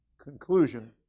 conclusion